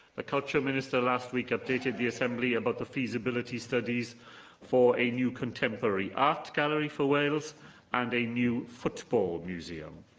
the culture minister last week updated the assembly about the feasibility studies for a new contemporary art gallery for wales and a new football museum.